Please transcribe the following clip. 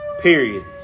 Period